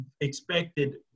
expected